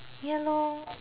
ya lor